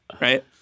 right